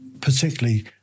particularly